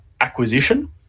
acquisition